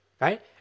right